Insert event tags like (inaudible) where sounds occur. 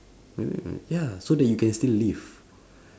(noise) ya so that you can still live